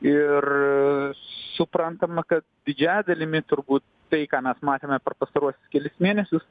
ir suprantama kad didžiąja dalimi turbūt tai ką mes matėme per pastaruosius kelis mėnesius